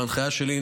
בהנחיה שלי,